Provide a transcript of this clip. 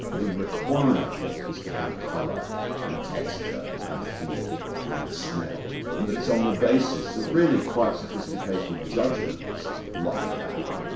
we require things to have colour and texture and feel and smell, and that it's on the basis of really quite sophisticated judgments like that,